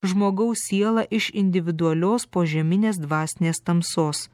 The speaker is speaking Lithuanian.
žmogaus sielą iš individualios požeminės dvasinės tamsos